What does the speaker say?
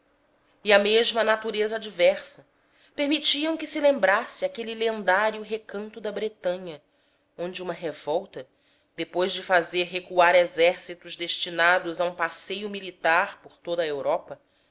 e a mesma natureza adversa permitiam que se lembrasse aquele lendário recanto da bretanha onde uma revolta depois de fazer recuar exércitos destinados a um passeio militar por toda a europa